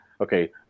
okay